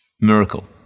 miracle